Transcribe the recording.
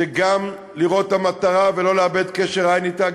זה גם לראות את המטרה ולא לאבד קשר עין אתה,